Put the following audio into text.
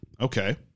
okay